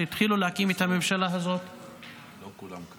כשהתחילו להקים את הממשלה הזאת --- לא כולם,